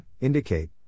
indicate